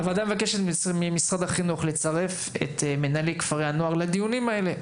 הוועדה מבקשת ממשרד החינוך לצרף את מנהלי כפרי הנוער לדיונים האלה.